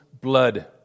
blood